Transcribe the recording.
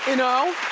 and know?